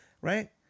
Right